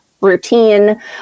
routine